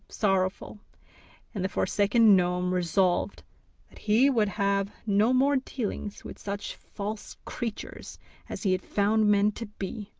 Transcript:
sorrowful and the forsaken gnome resolved that he would have no more dealings with such false creatures as he had found men to be.